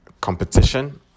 competition